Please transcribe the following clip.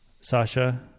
Sasha